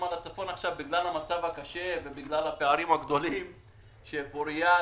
בגלל הפערים הגדולים אנחנו מדברים עכשיו על כך שיקום מרכז שיקום בפוריה,